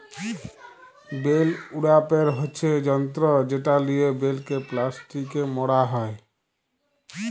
bell উড়াপের হচ্যে যন্ত্র যেটা লিয়ে বেলকে প্লাস্টিকে মড়া হ্যয়